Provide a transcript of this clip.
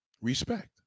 respect